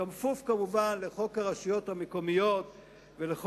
כפוף כמובן לחוק הרשויות המקומיות ולכל